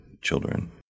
children